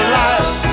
life